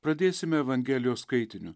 pradėsime evangelijos skaitiniu